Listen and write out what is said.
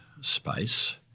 space